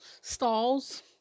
stalls